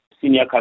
senior